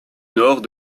nord